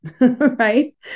right